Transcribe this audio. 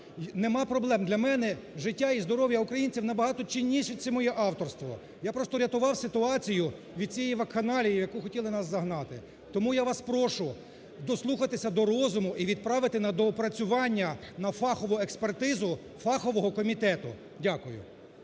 нема проблем. Для мене життя і здоров'я українців набагато цінніше, чим моє авторство, я просто рятував ситуацію від цієї вакханалії, в яку хотіли нас загнати. Тому я вас прошу дослухати до розуму і відправити на доопрацювання, на фахову експертизу фахового комітету. Дякую.